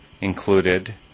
included